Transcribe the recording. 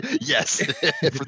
Yes